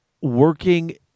working